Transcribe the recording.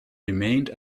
remained